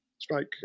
strike